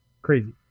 crazy